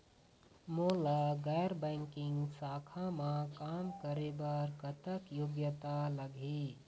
मोला गैर बैंकिंग शाखा मा काम करे बर कतक योग्यता लगही?